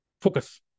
Focus